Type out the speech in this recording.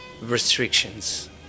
restrictions